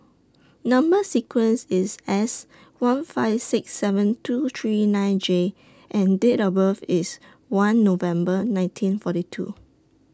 Number sequence IS S one five six seven two three nine J and Date of birth IS one November nineteen forty two